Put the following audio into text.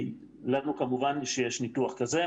לנו כמובן שיש ניתוח כזה.